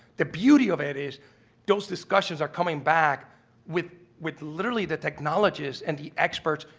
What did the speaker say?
the beauty of it is those discussions are coming back with with literally the technologies and the experts,